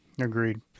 Agreed